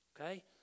okay